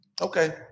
Okay